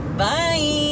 bye